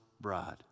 bride